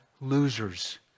losers